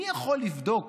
מי יכול לבדוק